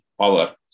power